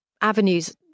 avenues